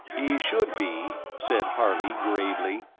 he should be, said harley, gravely.